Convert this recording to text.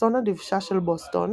אסון הדבשה של בוסטון